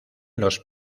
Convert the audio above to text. los